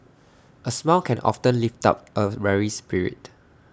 A smile can often lift up A weary spirit